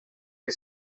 que